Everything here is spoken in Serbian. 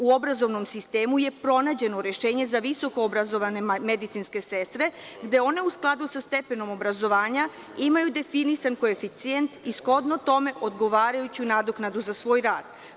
U obrazovnom sistemu je pronađeno rešenje za visoko obrazovane medicinske sestre, gde one u skladu sa stepenom obrazovanja imaju definisan koeficijent i shodno tome odgovarajuću nadoknadu za svoj rad.